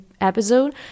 episode